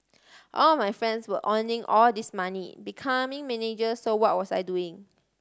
all my friends were earning all this money becoming manager so what was I doing